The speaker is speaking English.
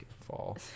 fall